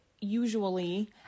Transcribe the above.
usually